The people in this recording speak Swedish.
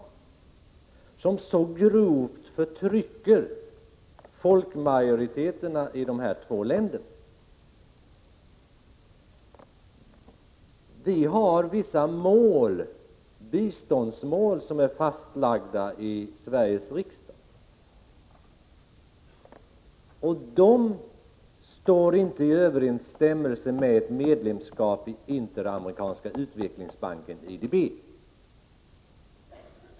Det är militärjuntor som på ett grovt sätt förtrycker folkmajoriteten i dessa två länder. Sveriges riksdag har fastlagt vissa biståndsmål, och de överensstämmer inte med medlemskap i den interamerikanska utvecklingsbanken IDB.